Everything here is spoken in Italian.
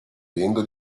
vivendo